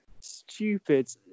stupid